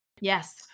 Yes